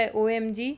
omg